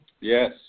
Yes